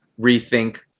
rethink